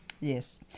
yes